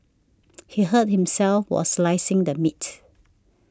he hurt himself while slicing the meat